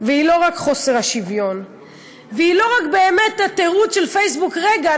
והיא לא רק חוסר השוויון והיא לא רק באמת התירוץ של פייסבוק: רגע,